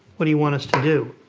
what do you want us to do?